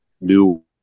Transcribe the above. new